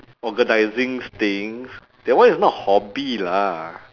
organizing things that one is not hobby lah